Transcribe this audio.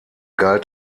galt